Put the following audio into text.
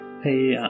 hey